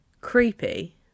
creepy